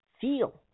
Feel